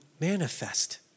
manifest